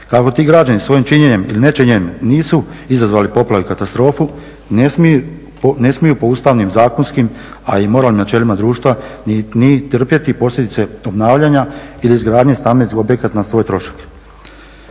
Kako ti građani svojim činjenjem ili ne činjenjem nisu izazvali poplave i katastrofu ne smiju po ustavnim, zakonskim a i moralnim načelima društva ni trpjeti posljedice obnavljanja ili izgradnje stambenih objekata na svoj trošak.